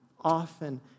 often